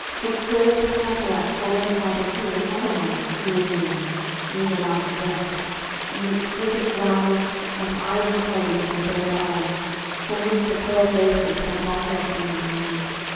which served to counteract all that might have proven otherwise too alluring even after death in the exquisite roundness and ivory polish of her bare arms from which the pearl bracelets had not yet been removed.